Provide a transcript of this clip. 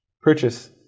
purchase